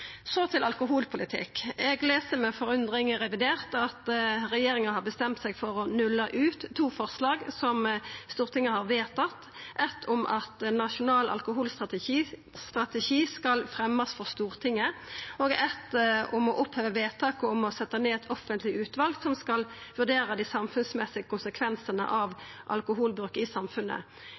Så til alkoholpolitikk: Eg les med forundring i revidert at regjeringa har bestemt seg for å nulla ut to forslag som Stortinget har vedtatt: eitt forslag om at ein nasjonal alkoholstrategi skal fremjast for Stortinget og eitt forslag om å oppheva vedtaket om å setja ned eit offentleg utval som skal vurdera dei samfunnsmessige konsekvensane av alkoholbruk i samfunnet.